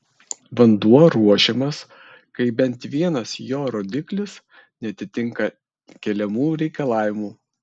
vanduo ruošiamas kai bent vienas jo rodiklis neatitinka keliamų reikalavimų